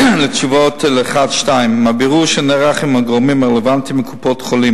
תשובות על שאלות 1 ו-2: מהבירור שנערך עם הגורמים הרלוונטיים בקופות-החולים